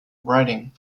writing